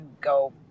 go